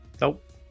Nope